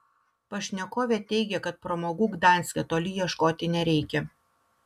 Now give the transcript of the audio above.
pašnekovė teigė kad pramogų gdanske toli ieškoti nereikia